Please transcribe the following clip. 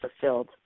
fulfilled